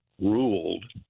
ruled